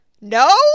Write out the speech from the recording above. no